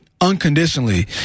unconditionally